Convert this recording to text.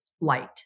light